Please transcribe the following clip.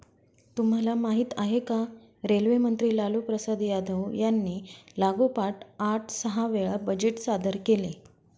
तुम्हाला माहिती आहे का? रेल्वे मंत्री लालूप्रसाद यादव यांनी लागोपाठ आठ सहा वेळा बजेट सादर केले